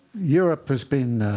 europe has been